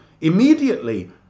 immediately